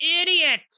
idiot